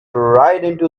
ride